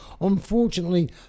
unfortunately